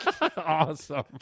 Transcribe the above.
Awesome